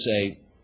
say